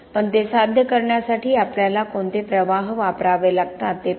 पण ते साध्य करण्यासाठी आपल्याला कोणते प्रवाह वापरावे लागतात ते पहा